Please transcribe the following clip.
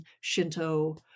Shinto